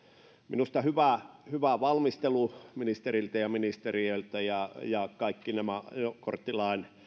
minusta hyvä valmistelu ministeriltä ja ministeriöltä kaikki nämä ajokorttilain